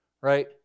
Right